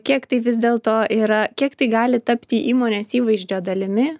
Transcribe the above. kiek tai vis dėlto yra kiek tai gali tapti įmonės įvaizdžio dalimi